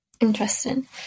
Interesting